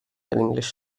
english